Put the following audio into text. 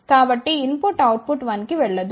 కాబట్టి input output 1 కి వెళ్ళదు